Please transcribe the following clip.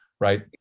right